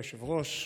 אדוני היושב-ראש,